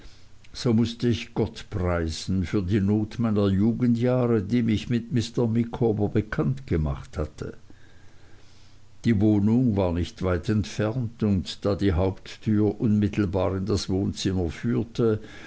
so mußte ich gott preisen für die not meiner jugendjahre die mich mit mr micawber bekannt gemacht hatte die wohnung war nicht weit entfernt und da die haupttür unmittelbar in das wohnzimmer führte